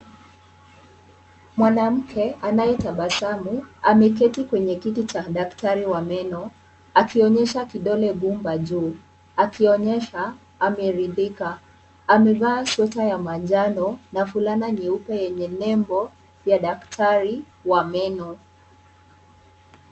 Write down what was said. Mwanamke anayetabasamu ameketi kwenye kiti cha daktari wa meno, akionyesha kidole gumba juu akionyesha ameridhika. Amevaa sweta ya manjano na fulana nyeupe yenye nembo ya daktari wa meno.